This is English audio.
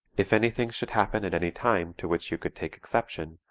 if anything should happen at any time to which you could take exception,